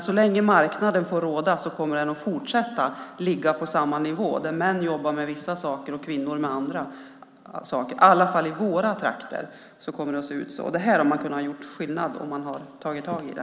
Så länge marknaden får råda kommer den att fortsätta att ligga på samma nivå där män jobbar med vissa saker och kvinnor med andra. I alla fall kommer det att se ut så i våra trakter. Här hade man kunnat göra skillnad om man hade tagit tag i det.